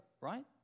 right